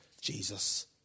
Jesus